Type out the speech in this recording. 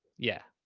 yeah.